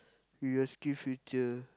you ask SkillsFuture